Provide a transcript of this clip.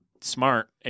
Smart